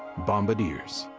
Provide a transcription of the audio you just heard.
bombardiers,